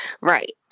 Right